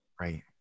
right